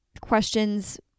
questions